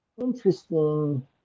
interesting